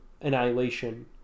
annihilation